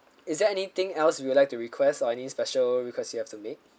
is there anything else you'd like to request or any special request you have to make